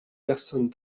personnes